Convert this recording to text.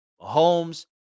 Mahomes